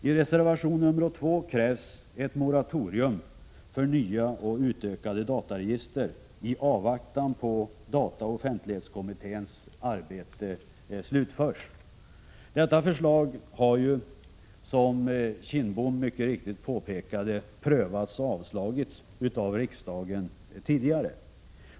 I reservation nr 2 krävs ett moratorium för nya och utökade dataregister i avvaktan på att dataoch offentlighetskommitténs arbete slutförs. Detta förslag har — som Kindbom mycket riktigt påpekade — tidigare prövats och avslagits av riksdagen.